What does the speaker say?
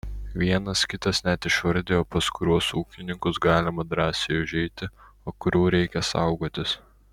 vienas kitas net išvardijo pas kuriuos ūkininkus galima drąsiai užeiti o kurių reikia saugotis